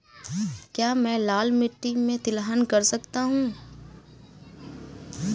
क्या मैं लाल मिट्टी में तिलहन कर सकता हूँ?